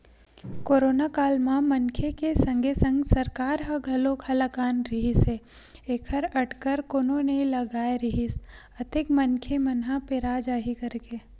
करोनो काल म मनखे के संगे संग सरकार ह घलोक हलाकान रिहिस हे ऐखर अटकर कोनो नइ लगाय रिहिस अतेक मनखे मन ह पेरा जाही कहिके